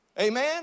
Amen